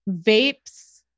vapes